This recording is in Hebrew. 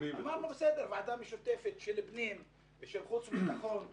של ועדת הפנים ושל ועדת החוץ והביטחון.